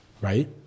right